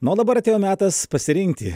na o dabar atėjo metas pasirinkti